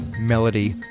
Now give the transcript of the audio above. Melody